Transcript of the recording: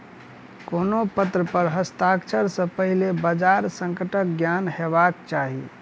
कोनो पत्र पर हस्ताक्षर सॅ पहिने बजार संकटक ज्ञान हेबाक चाही